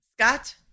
Scott